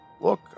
look